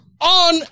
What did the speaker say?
on